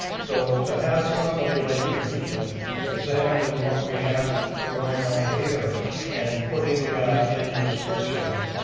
so to have somebody like the region examining what we have going on here and putting in restrictions,